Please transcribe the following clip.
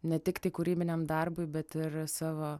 netikti kūrybiniam darbui bet ir savo